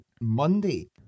Monday